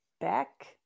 back